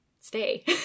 stay